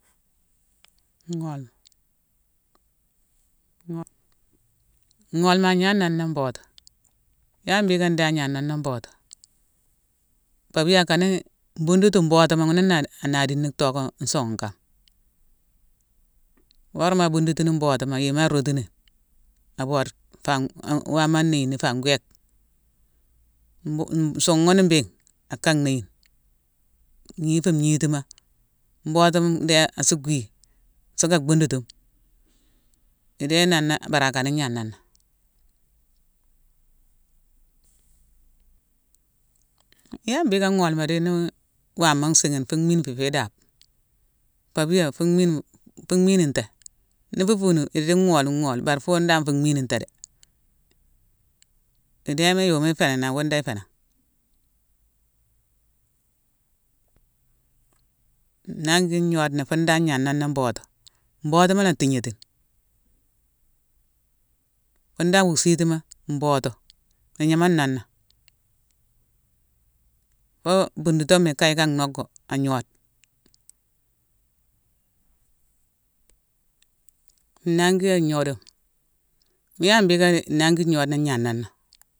Ngholma, ngholma agna noné mbotuma. Yalé mbhické ndi agna noné mbotuma; pabia akan-é-mbotuma ghuna-a-anandi tocko nsunghu kama. Worama a bundutini mbotuma, yéma arootini, abode fa- an- an- wama anéyini, faa gwéék. Mbu-u-nsunghune mbhéghine, aka nhéyine, gni fu ngnitima. Mbotu ndé asu gwi sucka buntutume. Ndé noné bari akane gna noné. Yala mbhické ngholma di ni- i- wama nsighine, fu mhine fu fé daabe. Pabia fu mhine u- mhine nté. Ni fune, idi ngholma- ngholma bari fun dan fu mhini nté dé. Ndéma yoma iféni nan, wune dan ifé nan. Nangi ngnodena fun dan gnama noné mbotuma la atignétine. Fune dan wu siitima, mbotu. Agnama noné. Fo-o-bundutoma ikayi ka nocgo, agnode. Nangi yone ngnodema, yalé mbhické nangi ngnodena gna noné?